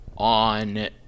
on